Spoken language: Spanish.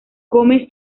come